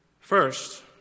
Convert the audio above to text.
First